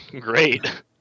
Great